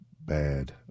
Bad